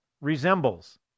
resembles